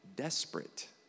Desperate